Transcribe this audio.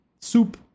Soup